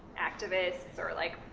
activists, or like,